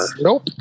Nope